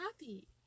happy